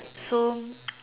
so